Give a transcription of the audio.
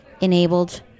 enabled